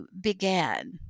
began